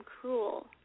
cruel